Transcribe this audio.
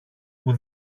που